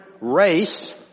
race